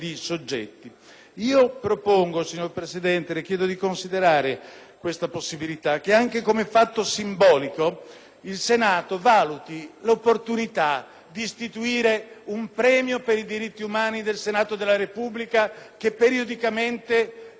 Propongo, signor Presidente, e le chiedo di considerare questa possibilità, che anche come fatto simbolico il Senato valuti l'opportunità di istituire un premio per i diritti umani del Senato della Repubblica che periodicamente ci